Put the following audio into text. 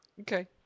Okay